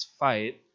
fight